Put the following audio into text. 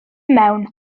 mewn